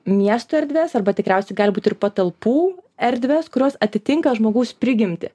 miesto erdves arba tikriausiai gali būt ir patalpų erdvės kurios atitinka žmogaus prigimtį